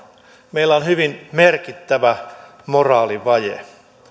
meillä on hyvin merkittävä moraalivaje